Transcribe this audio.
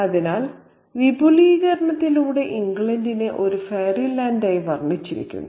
അതിനാൽ വിപുലീകരണത്തിലൂടെ ഇംഗ്ലണ്ടിനെ ഒരു ഫെയറി ലാൻഡ് ആയി വർണ്ണിച്ചിരിക്കുന്നു